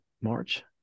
March